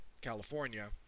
California